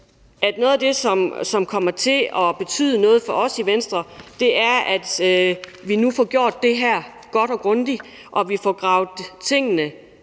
at noget af det, som kommer til at betyde noget for os i Venstre, er, at vi nu får gjort det her godt og grundigt, at vi får kigget tingene